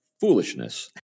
foolishness